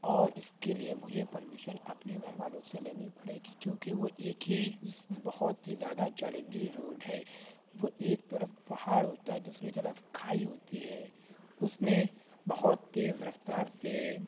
اور اس کے لیے مجھے پرمیشن اپنے گھر والوں سے لینی پڑے گی کیونکہ وہ ایک ہی بہت ہی زیادہ چیلنجنگ روڈ ہے وہ ایک طرف پہاڑ ہوتا ہے دوسری طرف کھائی ہوتی ہے اس میں بہت تیز رفتار سے